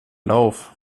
lauf